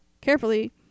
carefully